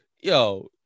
yo